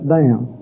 down